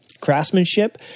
craftsmanship